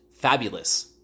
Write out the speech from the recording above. fabulous